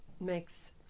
makes